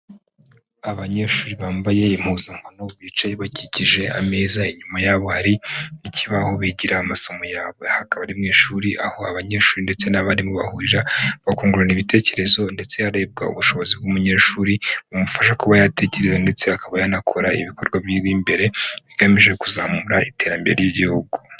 Abanyeshuri bambaye impuzankano bicaye bakikije ameza. Inyuma yabo hari ikibaho bigiraho amasomo yabo. Aha akaba ari mu ishuri, aho abanyeshuri ndetse n'abarimu bahurira bakungurana ibitekerezo, ndetse harebwa ubushobozi bw'umunyeshuri bumufasha kuba yatekereza, ndetse akaba yanakora ibikorwa biri imbere bigamije kuzamura iterambere ry'Igihugu.